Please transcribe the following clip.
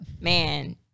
Man